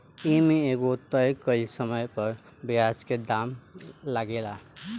ए में एगो तय कइल समय पर ब्याज के दाम लागेला